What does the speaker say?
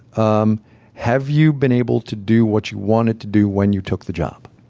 um have you been able to do what you wanted to do when you took the job?